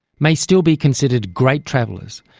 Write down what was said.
may still be considered great travellers,